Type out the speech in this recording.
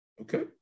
Okay